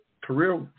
career